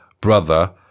brother